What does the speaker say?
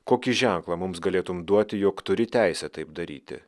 kokį ženklą mums galėtumei duoti jog turi teisę taip daryti